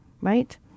right